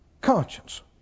conscience